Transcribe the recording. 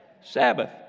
Sabbath